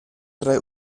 drei